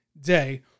Day